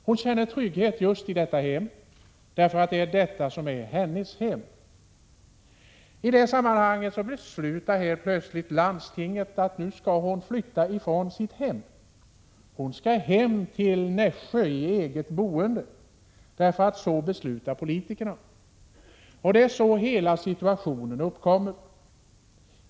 Hon känner trygghet just på detta vårdhem därför att det är detta som är hennes hem. Så beslutar landstinget helt plötsligt att hon skall flytta från sitt hem. Hon skall ”hem” till Nässjö i eget boende, beslutar politikerna. Det är så situationen uppkommer.